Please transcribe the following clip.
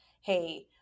hey